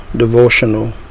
devotional